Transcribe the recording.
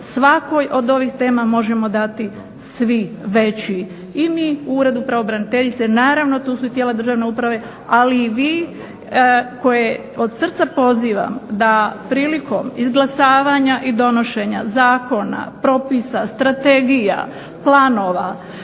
svakoj od ovih tema možemo dati svi veći i mi u Uredu pravobraniteljice, naravno tu su i tijela državne uprave ali i vi koje od srca pozivam da prilikom izglasavanja i donošenja zakona, propisa, strategija, planova,